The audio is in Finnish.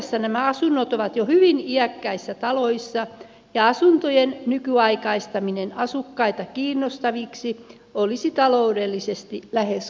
pääasiassa nämä asunnot ovat jo hyvin iäkkäissä taloissa ja asuntojen nykyaikaistaminen asukkaita kiinnostaviksi olisi taloudellisesti lähes kohtuutonta